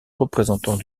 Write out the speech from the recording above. représentant